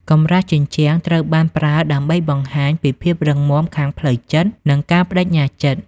កម្រាស់ជញ្ជាំង ត្រូវបានប្រើដើម្បីបង្ហាញពីភាពរឹងមាំខាងផ្លូវចិត្តនិងការប្តេជ្ញាចិត្ត។